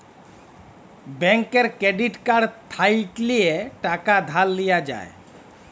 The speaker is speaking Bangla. ব্যাংকের ক্রেডিট কাড় থ্যাইকলে টাকা ধার লিয়া যায়